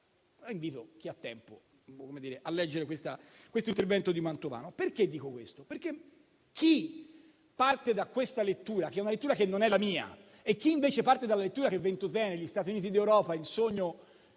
Invito chi ha tempo a leggere questo intervento di Mantovano. Perché dico questo? Perché chi parte da questa lettura, che non è la mia, e chi invece parte dalla lettura di Ventotene e degli Stati Uniti d'Europa (il sogno